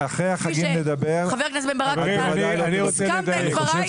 כפי שחבר הכנסת בן ברק הסכים עם דבריי.